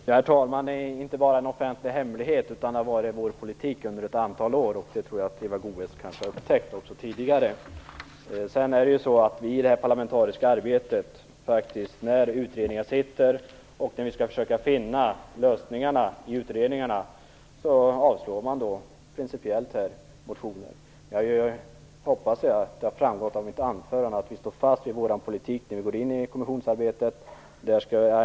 Herr talman! Det är inte bara en offentlig hemlighet, utan det har varit vår politik under ett antal år. Det tror jag nog att Eva Goës kanske har upptäckt redan tidigare. I det parlamentariska arbetet, när en utredning som skall försöka finna lösningar pågår, avstyrker man principiellt motioner. Jag hoppas att det har framgått av mitt anförande att vi står fast vid vår politik när vi går in i kommissionsarbetet.